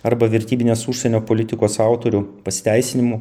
arba vertybinės užsienio politikos autorių pasiteisinimų